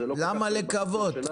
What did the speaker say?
למה לקוות?